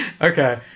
Okay